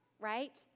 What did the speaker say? right